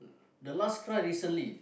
the last cry recently